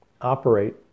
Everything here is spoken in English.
operate